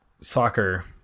soccer